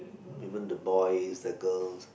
even the boys the girls